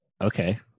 okay